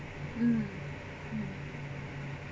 mm mm